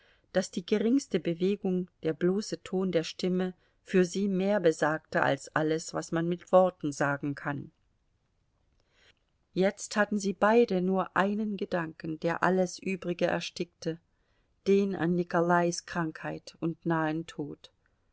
daß die geringste bewegung der bloße ton der stimme für sie mehr besagte als alles was man mit worten sagen kann jetzt hatten sie beide nur einen gedanken der alles übrige erstickte den an nikolais krankheit und nahen tod